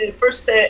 first